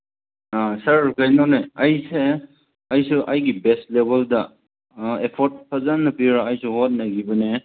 ꯑꯥ sir ꯀꯩꯅꯣꯅꯦ ꯑꯩꯁꯦ ꯑꯩꯁꯨ ꯑꯩꯒꯤ ꯕꯦꯁ ꯂꯦꯚꯦꯜꯗ ꯑꯦꯐꯔꯠ ꯐꯖꯅ ꯄꯤꯔ ꯑꯩꯁꯨ ꯍꯣꯠꯅꯈꯤꯕꯅꯦ